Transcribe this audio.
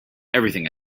everything